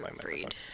Freed